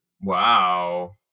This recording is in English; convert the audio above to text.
Wow